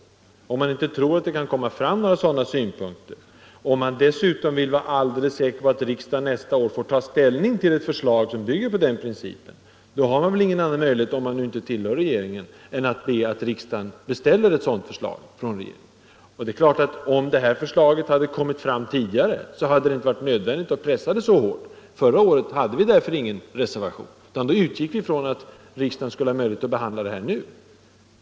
Och om man inte tror att det kan komma fram några sådana synpunkter och man dessutom vill vara alldeles säker på att riksdagen nästa år får ta ställning till ett förslag som bygger på den principen, så har man väl ingen annan möjlighet — om man inte tillhör regeringen — än att riksdagen beställer ett sådant förslag av regeringen. Om förslaget hade kommit fram tidigare, så hade det inte varit nödvändigt att pressa så hårt. Förra året hade vi därför ingen reservation. Då utgick vi nämligen från att riksdagen skulle ha möjligheter att behandla förslaget nu.